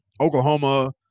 Oklahoma